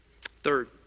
Third